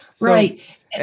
right